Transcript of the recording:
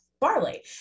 barley